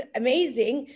amazing